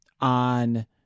on